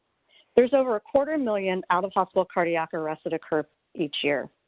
there is over a quarter million out of hospital cardiac arrests that occur each year.